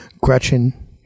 Gretchen